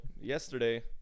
yesterday